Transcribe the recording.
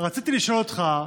רציתי לשאול אותך: